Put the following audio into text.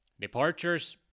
Departures